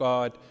God